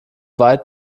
weit